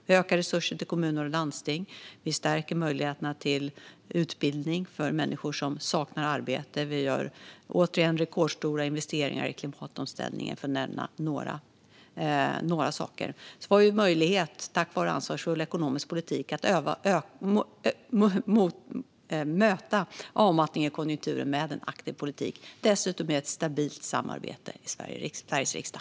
Vi ökar resurserna till kommuner och landsting, vi stärker möjligheterna till utbildning för människor som saknar arbete och vi gör återigen rekordstora investeringar i klimatomställningen - för att nämna några saker. Tack vare en ansvarsfull ekonomisk politik har vi möjlighet att möta avmattningen i konjunkturen med en aktiv politik och med ett stabilt samarbete i Sveriges riksdag.